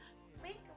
Speak